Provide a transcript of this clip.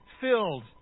filled